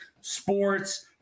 sports